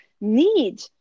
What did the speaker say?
need